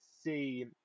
see